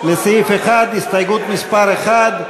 מסעוד גנאים,